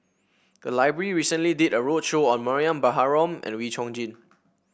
the library recently did a roadshow on Mariam Baharom and Wee Chong Jin